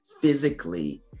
physically